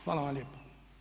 Hvala vam lijepa.